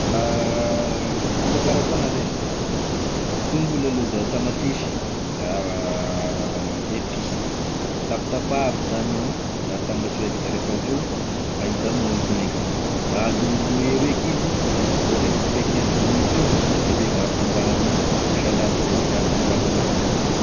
Fahafantarako an'azy e, tongolo aloha da tamatesy, da epices da tapitapaha aby zany io da atambatry raiky da rehefa aveo ahita amign'ao vinaigre da alolo eo eky izy, da ohatra hoe anesika hoe quinze minutes eo de zay vao afangaro ame salady ze tià afangaro an'azy amzay.